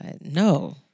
no